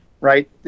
right